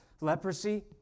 leprosy